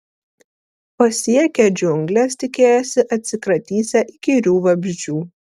pasiekę džiungles tikėjosi atsikratysią įkyrių vabzdžių